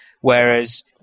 whereas